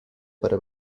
para